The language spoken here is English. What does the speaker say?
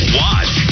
watch